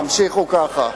תמשיכו ככה.